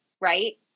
right